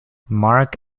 mark